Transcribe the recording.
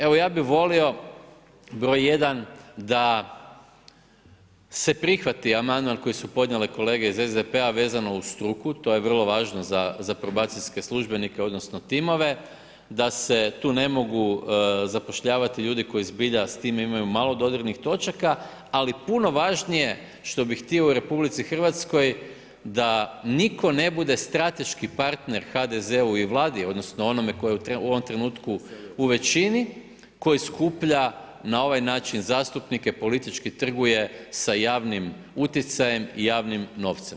Evo, ja bih volio, br. 1. da se prihvati amandman koji su podnijele kolege iz SDP-a vezano uz struku, to je vrlo važno za probacijske službenike odnosno timove, da se tu ne mogu zapošljavati ljudi koji zbilja s time imaju malo dodirnih točaka ali puno važnije što bih htio u RH da nitko ne bude strateški partner HDZ-u i Vladi odnosno onome tko je u ovom trenutku u većini koji skuplja na ovaj način zastupnike, politički trguje sa javnim utjecajem i javnim novcem.